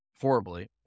horribly